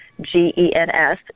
G-E-N-S